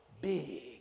Big